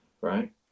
right